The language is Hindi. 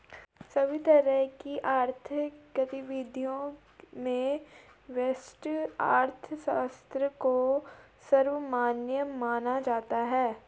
सभी तरह की आर्थिक गतिविधियों में व्यष्टि अर्थशास्त्र को सर्वमान्य माना जाता है